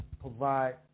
provide